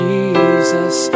Jesus